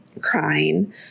crying